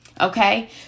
Okay